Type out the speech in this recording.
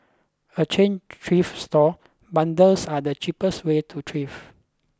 a chain thrift store bundles are the cheapest way to thrift